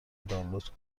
دانلود